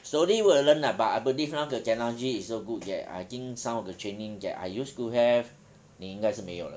slowly will learn lah but I believe now the technology is so good that I think some of the training that I used to have 你应该是没有了